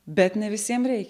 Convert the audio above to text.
bet ne visiem reik